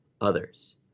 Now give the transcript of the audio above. others